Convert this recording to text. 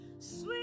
Sweet